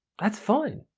that's fine,